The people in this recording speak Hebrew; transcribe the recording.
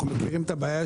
אנחנו מכירים את הבעיה,